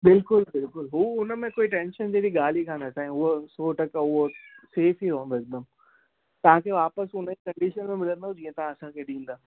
बिल्कुलु बिल्कुलु हू उनमें कोई टैंशन जहिड़ी ॻाल्हि ई कोन्हे साईं उहो सौ टका उहो सेफ़ ई रहंदो हिकदमि तव्हांखे वापिसि उन ई कंडीशन में मिलंदव जीअं तव्हां असांखे ॾींदा